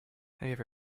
have